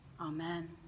Amen